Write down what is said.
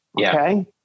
Okay